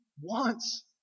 wants